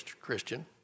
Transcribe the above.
Christian